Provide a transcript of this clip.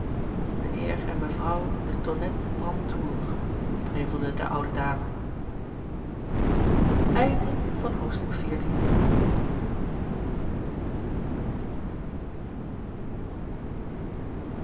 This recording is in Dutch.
mijnheer en mevrouw de tonnette brantour prevelde de oude dame